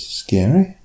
scary